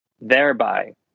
thereby